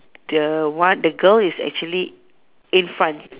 the one the girl is actually in front